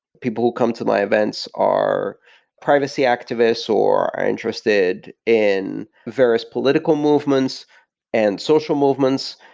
people who come to my events are privacy activists, or interested in various political movements and social movements,